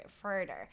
further